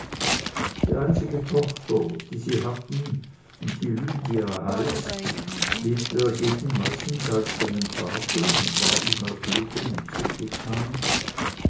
die einzige tochter die sie haben und die lydia heißt lebte dagegen meistenteils bei dem vater und war ihm ergeben und zugetan